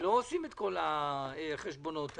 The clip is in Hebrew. ולא עושות את כל החשבונות האלה.